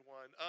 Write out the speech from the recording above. one